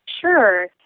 Sure